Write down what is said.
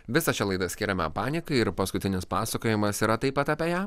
visą šią laidą skiriame panikai ir paskutinis pasakojimas yra taip pat apie ją